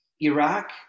Iraq